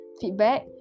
feedback